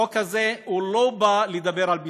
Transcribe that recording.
החוק הזה לא בא לדבר על ביטחון.